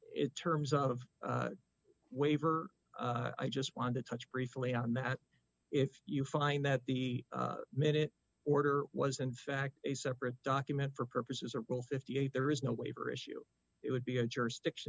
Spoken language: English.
it terms of waiver i just want to touch briefly on that if you find that the minute order was in fact a separate document for purposes or if the a there is no waiver issue it would be a jurisdiction